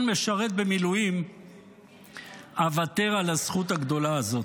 משרת במילואים אוותר על הזכות הגדולה הזאת.